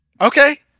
Okay